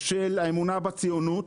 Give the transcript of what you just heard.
האמונה בציונות,